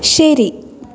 ശരി